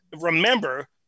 Remember